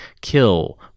kill